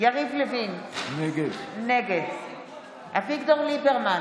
יריב לוין, נגד אביגדור ליברמן,